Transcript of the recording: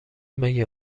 مگه